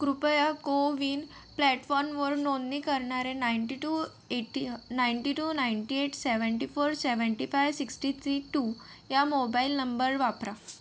कृपया कोविन प्लॅटफॉर्मवर नोंदणी करण्यासाठी ninety two eighty ninety two ninety eight seventy four seventy five sixty three two हा मोबाइल नंबर वापरा